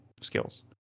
skills